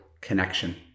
connection